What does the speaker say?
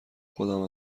خودم